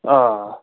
آ